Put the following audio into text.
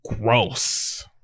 Gross